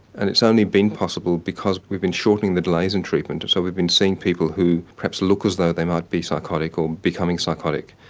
and it's only been possible because we've been shortening the delays in treatment, so we've been seeing people who perhaps look as though they might be psychotic or becoming psychotic.